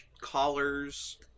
collars